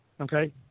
okay